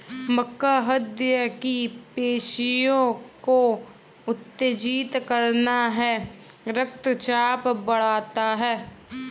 मक्का हृदय की पेशियों को उत्तेजित करता है रक्तचाप बढ़ाता है